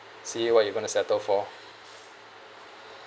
see what you going to settle for